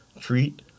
treat